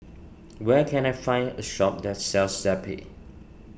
where can I find a shop that sells Zappy